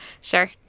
Sure